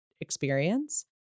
experience